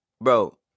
bro